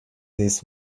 this